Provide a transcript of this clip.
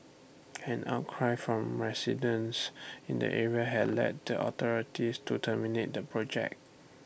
an outcry from residents in the area had led the authorities to terminate the project